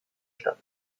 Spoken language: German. stadt